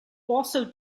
also